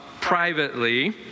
privately